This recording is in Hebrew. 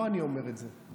לא אני אומר את זה.